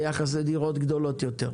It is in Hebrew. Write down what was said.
ביחס לדירות גדולות יותר.